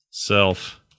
self